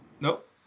Nope